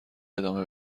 ادامه